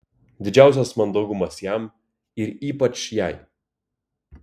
didžiausias mandagumas jam ir ypač jai